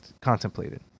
contemplated